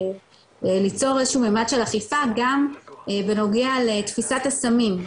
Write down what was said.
ליצור איזשהו מימד של אכיפה גם בנוגע לתפיסת הסמים,